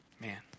Man